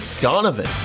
Donovan